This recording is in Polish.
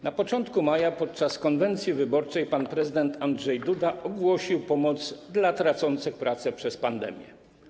Na początku maja podczas konwencji wyborczej pan prezydent Andrzej Duda ogłosił pomoc dla tracących pracę przez pandemię.